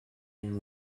and